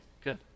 good